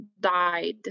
died